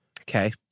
Okay